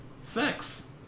sex